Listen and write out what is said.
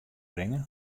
bringe